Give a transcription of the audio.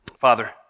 Father